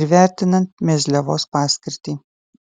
ir vertinant mezliavos paskirtį